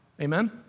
Amen